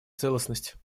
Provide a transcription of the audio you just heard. целостность